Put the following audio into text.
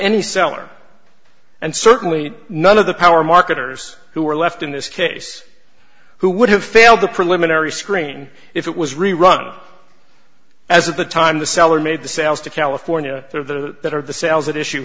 any seller and certainly none of the power marketers who were left in this case who would have failed the preliminary screen if it was rerun as of the time the seller made the sales to california or the that or the sales at issue